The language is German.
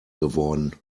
geworden